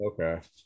Okay